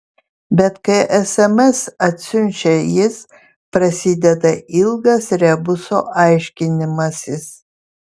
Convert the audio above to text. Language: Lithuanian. bet kai sms atsiunčia jis prasideda ilgas rebuso aiškinimasis